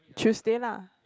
Tuesday lah